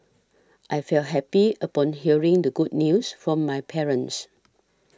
I felt happy upon hearing the good news from my parents